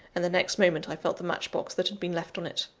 and the next moment i felt the match-box that had been left on it.